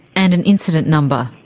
and an incident number.